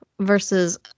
Versus